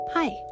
Hi